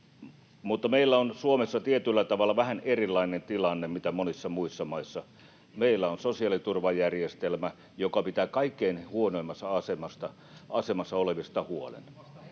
Mutta meillä on Suomessa tietyllä tavalla vähän erilainen tilanne, mitä on monissa muissa maissa. Meillä on sosiaaliturvajärjestelmä, joka pitää kaikkein huonoimmassa asemassa olevista huolen,